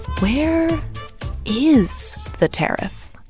where is the tariff?